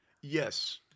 Yes